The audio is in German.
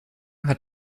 hat